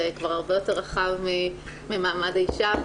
זה כבר הרבה יותר רחב ממעמד האישה,